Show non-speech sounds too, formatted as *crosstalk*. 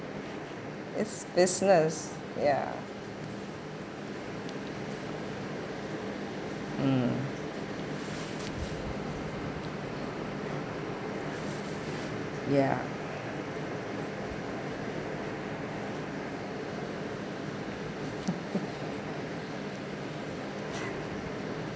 it's business ya hmm ya *laughs*